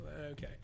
Okay